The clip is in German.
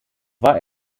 war